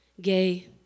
gay